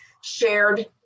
shared